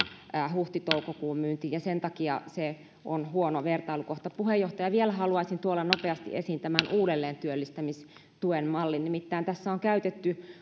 huhti toukokuun myyntiin ja sen takia se on huono vertailukohta puheenjohtaja vielä haluaisin tuoda nopeasti esiin tämän uudelleentyöllistämistuen mallin nimittäin tässä on käytetty